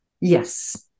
Yes